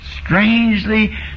strangely